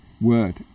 word